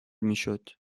میشد